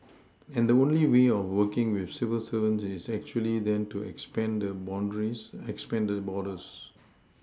and the only way of working with civil servants is actually then to expand the boundaries expand the borders